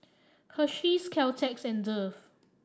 Hersheys Caltex and Dove